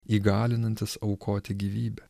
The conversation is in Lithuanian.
įgalinantis aukoti gyvybę